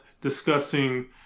discussing